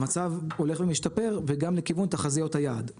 המצב הולך ומשתפר וגם לכיוון תחזיות היעד,